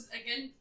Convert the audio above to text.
again